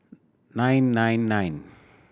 nine nine nine